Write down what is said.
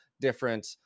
different